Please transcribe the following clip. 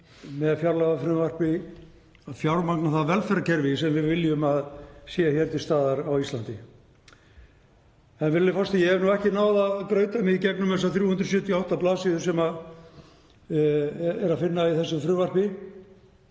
með fjárlagafrumvarpi að fjármagna það velferðarkerfi sem við viljum að sé til staðar á Íslandi. Virðulegur forseti. Ég hef ekki náð að stauta mig í gegnum þessar 378 blaðsíður sem er að finna í þessu frumvarpi